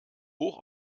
hoch